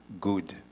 good